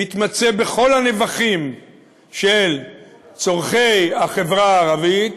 מתמצא בכל הנבכים של צורכי החברה הערבית,